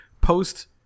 post